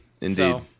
indeed